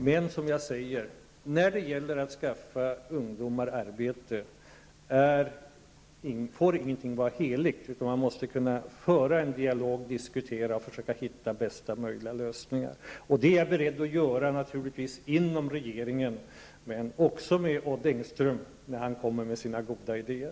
Men när det gäller att skaffa ungdomar arbete får inget vara heligt. Man måste kunna föra en dialog, diskutera och försöka hitta bästa möjliga lösningar. Det är jag beredd att göra inom regeringen men också med Odd Engström, när han kommer med sina goda idéer.